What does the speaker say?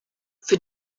für